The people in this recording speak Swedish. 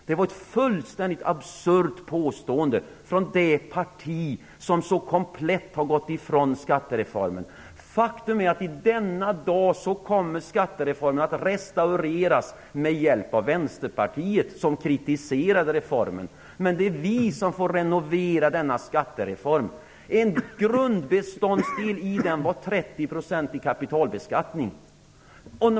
Det var ett fullständigt absurt påstående från det parti som så komplett har gått ifrån skattereformen. Faktum är att skattereformen i dag kommer att restaureras med hjälp av Vänsterpartiet, som kritiserade reformen. Men det är vi som får renovera denna skattereform. En grundbeståndsdel i reformen var 30-procentig kapitalbeskattning.